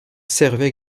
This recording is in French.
servait